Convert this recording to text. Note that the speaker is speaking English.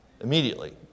immediately